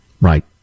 right